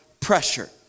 Pressure